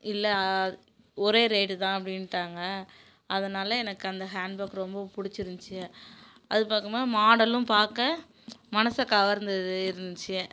இல்லை ஒரே ரேட்டு தான் அப்படின்ட்டாங்க அதனால் எனக்கு அந்த ஹேண்ட் பேக் ரொம்ப பிடிச்சி இருந்துச்சி அது பாக்கும்போது மாடலும் பார்க்க மனசை கவர்ந்தது இருந்துச்சி